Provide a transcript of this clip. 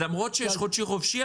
למרות שיש חופשי-חודשי,